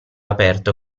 aperto